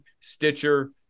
Stitcher